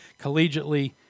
collegiately